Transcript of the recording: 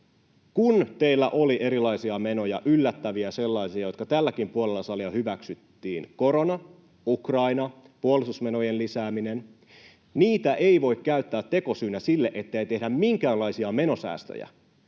Kun teillä oli erilaisia menoja, yllättäviä sellaisia, jotka tälläkin puolella salia hyväksyttiin — korona, Ukraina, puolustusmenojen lisääminen — niin niitä ei voi käyttää tekosyynä sille, ettei tehdä minkäänlaisia menosäästöjä.